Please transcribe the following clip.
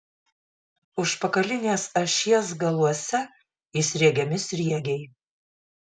užpakalinės ašies galuose įsriegiami sriegiai